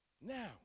Now